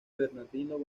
bernardino